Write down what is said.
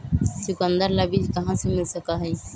चुकंदर ला बीज कहाँ से मिल सका हई?